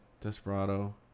Desperado